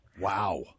Wow